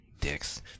Dicks